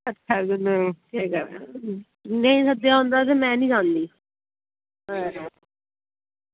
अच्छा भी लोग स्हेई गल्ल ऐ नेईं सद्देआ होंदा ते में निं जंदी